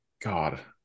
God